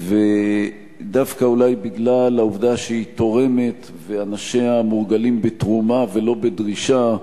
ודווקא אולי בגלל העובדה שהיא תורמת ואנשיה מורגלים בתרומה ולא בדרישה,